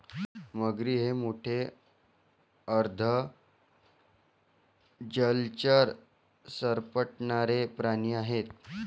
मगरी हे मोठे अर्ध जलचर सरपटणारे प्राणी आहेत